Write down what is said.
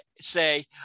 say